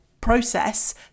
process